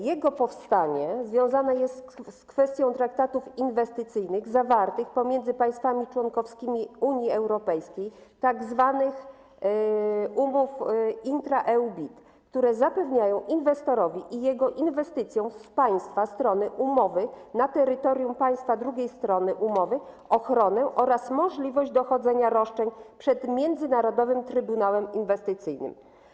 Jego powstanie związane jest z kwestią traktatów inwestycyjnych zawartych pomiędzy państwami członkowskimi Unii Europejskiej, tzw. umów intra-EU BIT, które zapewniają inwestorowi i jego inwestycjom z państwa strony umowy na terytorium państwa drugiej strony umowy ochronę oraz możliwość dochodzenia roszczeń przed międzynarodowym trybunałem inwestycyjnym.